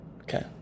Okay